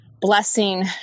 blessing